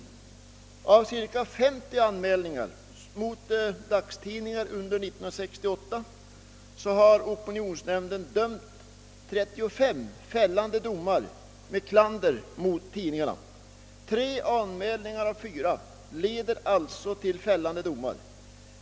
Med anledning av cirka 50 anmälningar mot dagstidningar under 1968 har opinionsnämnden avkunnat 35 fällande domar med klander mot tidningarna. Tre anmälningar av fyra leder alltså till fällande dom.